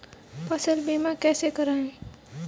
फसल बीमा कैसे कराएँ?